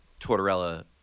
Tortorella